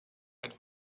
einen